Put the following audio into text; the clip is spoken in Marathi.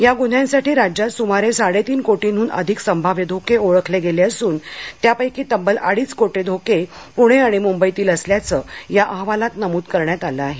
या गुन्ह्यांसाठी राज्यात सुमारे साडेतीन कोटींहून अधिक संभाव्य धोके ओळखले गेले असून त्यापैकी तब्बल अडीच कोटी धोके पुणे आणि मुंबईतील असल्याचं या अहवालात नमूद करण्यात आलं आहे